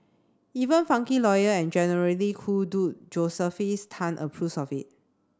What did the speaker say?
even funky lawyer and generally cool dude Josephus Tan approves of it